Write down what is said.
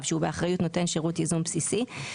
שהוא באחריות נותן שירות ייזום בסיסי,